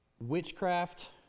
Witchcraft